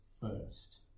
first